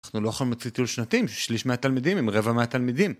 אנחנו לא יכולים לטיול שנתיים עם שליש מהתלמידים עם רבע מהתלמידים.